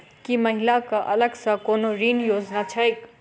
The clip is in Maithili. की महिला कऽ अलग सँ कोनो ऋण योजना छैक?